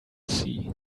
see